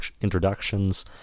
introductions